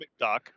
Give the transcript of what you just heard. McDuck